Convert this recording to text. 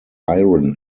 iron